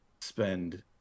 spend